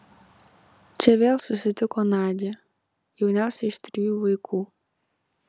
čia vėl susitiko nadią jauniausią iš trijų vaikų